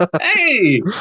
hey